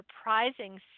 surprising